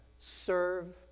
serve